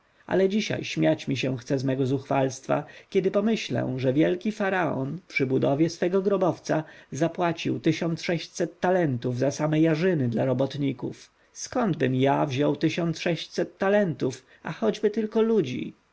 ale dzisiaj śmiać mi się chce z mego zuchwalstwa kiedy pomyślę że wielki faraon przy budowie swego grobowca zapłacił tysiąc sześćset talentów za same jarzyny dla robotników skądbym ja wziął tysiąc sześćset talentów a choćby tylko ludzi